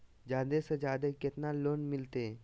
जादे से जादे कितना लोन मिलते?